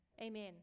Amen